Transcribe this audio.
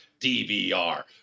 DVR